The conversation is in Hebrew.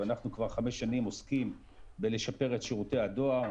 ואנחנו כבר חמש שנים עוסקים בלשפר את שירותי הדואר.